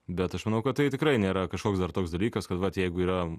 bet aš manau kad tai tikrai nėra kažkoks dar toks dalykas kad vat jeigu yra